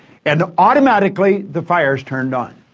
and automatically, the fire is turned on.